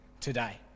today